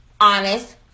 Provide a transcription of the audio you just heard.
honest